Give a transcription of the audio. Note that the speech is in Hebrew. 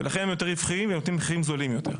ולכן הם יותר רווחיים ונותנים מחירים זולים יותר.